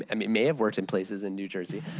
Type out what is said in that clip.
i mean may have worked in places in new jersey.